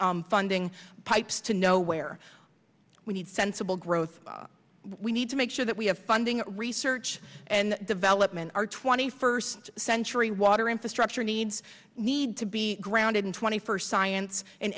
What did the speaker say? funding pipes to nowhere we need sensible growth we need to make sure that we have funding research and development our twenty first century water infrastructure needs need to be grounded in twenty first science